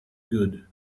good